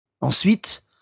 Ensuite